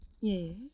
Yes